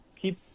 keep